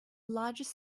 largest